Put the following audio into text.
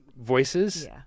voices